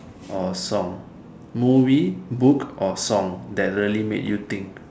or song movie book or song that really made you think